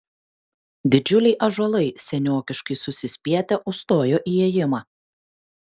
didžiuliai ąžuolai seniokiškai susispietę užstojo įėjimą